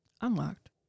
unlocked